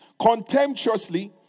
contemptuously